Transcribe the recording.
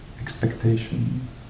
expectations